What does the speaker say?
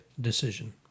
decision